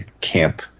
camp